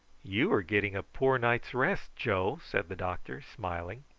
you are getting a poor night's rest, joe, said the doctor smiling.